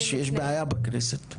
יש בעיה בכנסת,